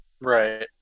Right